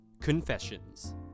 Confessions